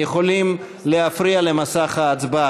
יכולים להפריע למסך ההצבעה,